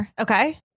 Okay